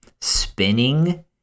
spinning